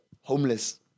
homeless